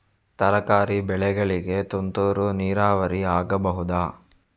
ತರಕಾರಿ ಬೆಳೆಗಳಿಗೆ ತುಂತುರು ನೀರಾವರಿ ಆಗಬಹುದಾ?